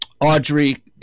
Audrey